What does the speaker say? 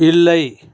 இல்லை